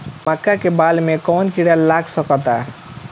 मका के बाल में कवन किड़ा लाग सकता?